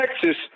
Texas